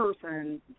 person